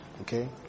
Okay